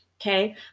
Okay